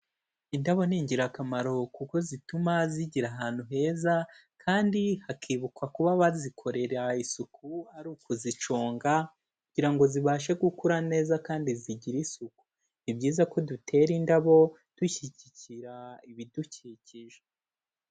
Indabo ni ingirakamaro kuko zituma zigira ahantu heza kandi hakibukwa kuba bazikorera isuku, ari ukuziconga kugira ngo zibashe gukura neza kandi zigire isuku, ni byiza ko dutera indabo dushyigikira ibidukikije.